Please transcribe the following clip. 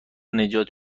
نجات